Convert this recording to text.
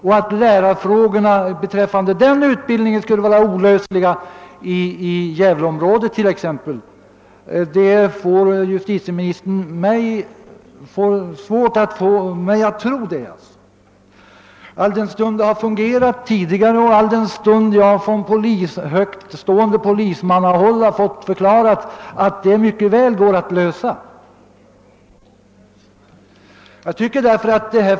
Och att lärarfrågan beträffande den utbildningen skulle vara olöslig i t.ex. Gävleområdet får justitieministern svårt att övertyga mig om; den har gått att ordna tidigare, och från polismannahåll har förklarats att frågan mycket väl går att lösa.